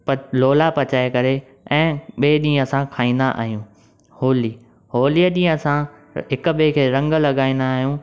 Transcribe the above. लोला पचाइ करे ऐं ॿिए ॾींहुं असां खाईंदा आहियूं होली होलीअ ॾींहुं असां हिकु ॿिए खे रंग लॻाईंदा आहियूं